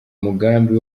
mugambi